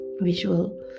visual